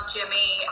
Jimmy